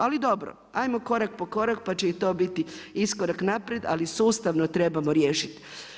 Ali dobro, ajmo korak po korak pa će i to biti iskorak naprijed, ali sustavno trebamo riješit.